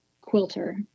quilter